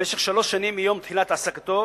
במשך שלוש שנים מיום תחילת העסקתו,